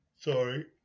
Sorry